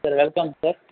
ఇద్దరి కలిపి ఎంత సార్